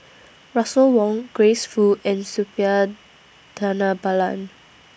Russel Wong Grace Fu and Suppiah Dhanabalan